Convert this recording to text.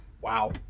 wow